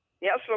Yes